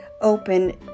open